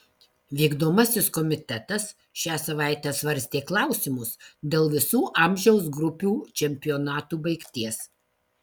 vykdomasis komitetas šią savaitę svarstė klausimus dėl visų amžiaus grupių čempionatų baigties